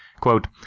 Quote